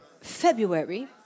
February